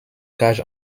cage